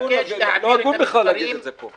-- זה לא הגון בכלל להגיד את זה פה.